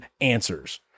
answers